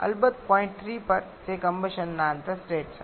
અલબત્ત પોઈન્ટ 3 પર જે કમ્બશનના અંતે સ્ટેટ છે